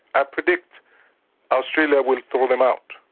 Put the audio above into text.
i predict australia will throw them out,